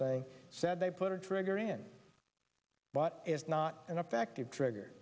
thing said they put a trigger in but is not an effective trigger